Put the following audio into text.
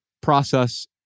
process